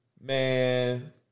Man